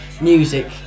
music